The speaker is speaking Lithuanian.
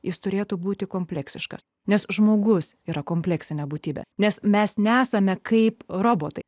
jis turėtų būti kompleksiškas nes žmogus yra kompleksinė būtybė nes mes nesame kaip robotai